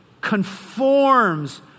conforms